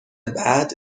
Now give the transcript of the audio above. بعد